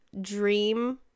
dream